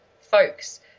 folks